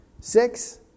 six